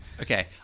Okay